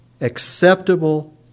acceptable